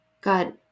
God